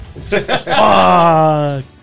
Fuck